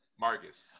Marcus